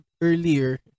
earlier